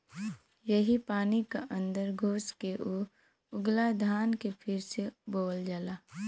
यही पानी क अन्दर घुस के ऊ उगला धान के फिर से बोअल जाला